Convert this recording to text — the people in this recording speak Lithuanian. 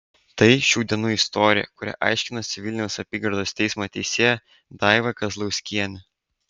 tai šių dienų istorija kurią aiškinasi vilniaus apygardos teismo teisėja daiva kazlauskienė